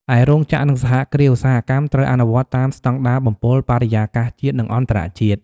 ឯរោងចក្រ និងសហគ្រាសឧស្សាហកម្មត្រូវអនុវត្តតាមស្តង់ដារបំពុលបរិយាកាសជាតិ និងអន្តរជាតិ។